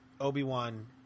Obi-Wan